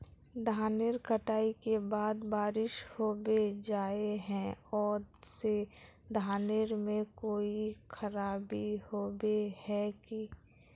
धानेर कटाई के बाद बारिश होबे जाए है ओ से धानेर में कोई खराबी होबे है की?